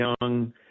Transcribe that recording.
young